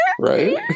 Right